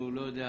לא יודע